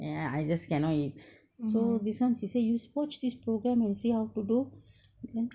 ya I just cannot eat so this one she say you watch this program and see how to do then